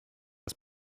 das